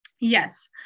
Yes